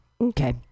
Okay